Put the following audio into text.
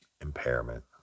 impairment